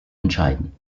entscheiden